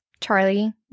charlie